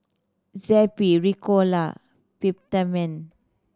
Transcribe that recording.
Zappy Ricola Peptamen